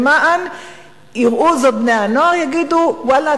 למען יראו זאת בני-הנוער ויגידו: ואללה,